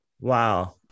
Wow